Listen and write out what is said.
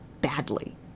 badly